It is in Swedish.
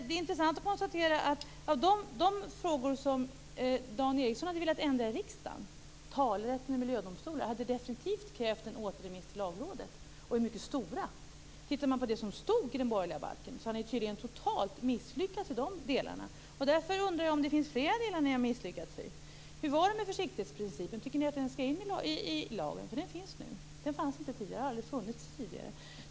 Det är intressant att konstatera att de frågor som Dan Ericsson hade velat ändra i riksdagen, bl.a. talerätten i miljödomstol, definitivt hade krävt en återremiss till Lagrådet. Om man tittar på vad som stod i den borgerliga balken ser man att ni misslyckats totalt i de delarna. Därför undrar jag om det finns flera delar som ni har misslyckats med. Hur var det med försiktighetsprincipen? Tycker ni att den skall in i lagen? Den finns där nu, men den har aldrig funnits med tidigare.